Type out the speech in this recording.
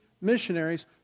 missionaries